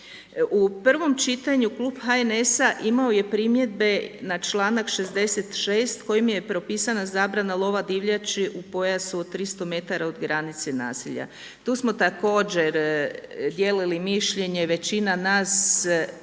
U prvom čitanju klub HNS-a imao je primjedbe na članak 66. kojim je propisana zabrana lova divljači u pojasu od 300 metara od granice naselja. Tu smo također dijelili mišljenje, većina nas